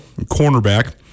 cornerback